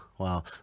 Wow